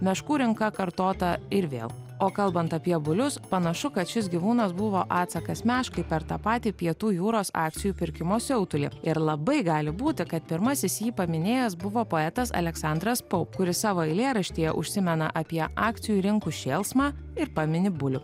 meškų rinka kartota ir vėl o kalbant apie bulius panašu kad šis gyvūnas buvo atsakas meškai per tą patį pietų jūros akcijų pirkimo siautulį ir labai gali būti kad pirmasis jį paminėjęs buvo poetas aleksandras po kuris savo eilėraštyje užsimena apie akcijų rinkų šėlsmą ir pamini bulių